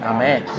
Amen